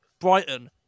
Brighton